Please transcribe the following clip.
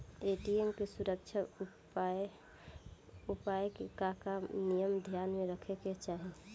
ATM के सुरक्षा उपाय के का का नियम ध्यान में रखे के चाहीं?